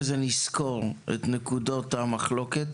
זה היועץ המשפטי שלנו יסקור את נקודות המחלוקת,